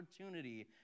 opportunity